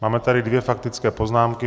Máme tady dvě faktické poznámky.